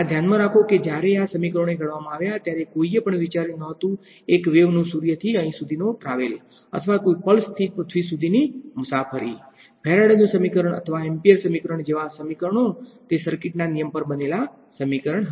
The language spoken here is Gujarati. આ ધ્યાનમાં રાખો કે જ્યારે આ સમીકરણોને ઘડવામાં આવ્યાં ત્યારે કોઈએ પણ વિચાર્યુ નહોતુ એક વેવ નો સુર્ય થી અહી સુધી નો ટ્રાવેલ અથવા કોઈ પલ્સની પૃથ્વી સુધીની મુસાફરી ફેરાડેનું સમીકરણ અથવા એમ્પીયર સમીકરણ જેવા આ સમીકરણો તે સર્કિટના નિયમ પર બનેલ સમીકરણ હતા